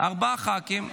ארבעה ח"כים.